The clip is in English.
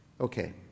Okay